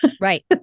Right